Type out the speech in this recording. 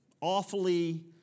awfully